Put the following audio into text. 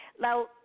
now